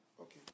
Okay